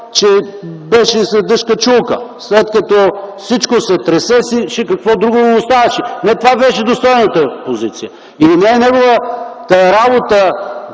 че беше „след дъжд – качулка”. След като всичко се тресеше, какво друго му оставаше? Не това беше достойната позиция! Не е неговата работа